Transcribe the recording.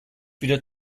wieder